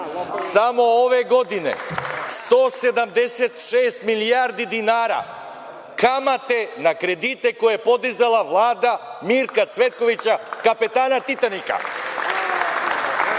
Samo ove godine 176 milijardi dinara kamate na kredite koje je podizala Vlada Mirka Cvetkovića, kapetana Titanika. Ako